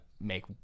make